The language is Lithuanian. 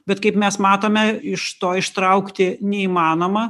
bet kaip mes matome iš to ištraukti neįmanoma